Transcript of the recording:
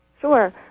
Sure